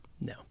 No